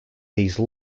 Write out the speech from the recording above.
these